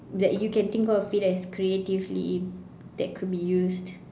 that you can think of it as creatively in that could be used